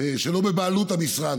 שלא בבעלות המשרד,